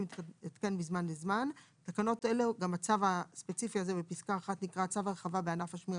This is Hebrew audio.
כפי שמתעדכן מזמן לזמן (בתקנות אלה צו הרחבה בענף השמירה